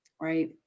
Right